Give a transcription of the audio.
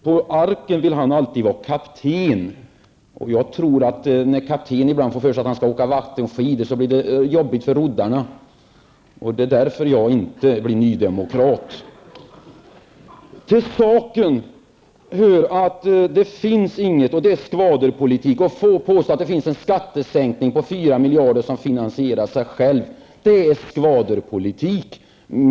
På arken vill han alltid vara kapten. När kaptenen ibland får för sig att åka vattenskidor blir det jobbigt för roddarna! Det är därför jag inte blir nydemokrat. Att påstå att en skattesänkning på 4 miljarder finansierar sig själv är skvaderpolitik.